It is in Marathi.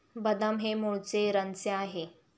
बदाम हे मूळचे इराणचे आहे